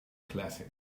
classic